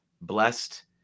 blessed